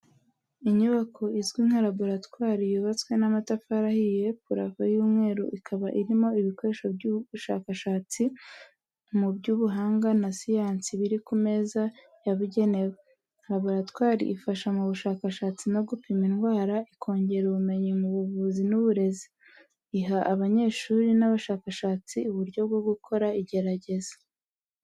Inyubako izwi nka laboratwari yubatse n'amatafari ahiye, purafo y'umweru ikaba irimo ibikoresho by'ubushakashatsi mu by'ubuhanga na siyansi biri ku meza yabugenewe. Laboratwari ifasha mu bushakashatsi no gupima indwara, ikongera ubumenyi mu buvuzi n’uburezi. Iha abanyeshuri n’abashakashatsi uburyo bwo gukora igerageza.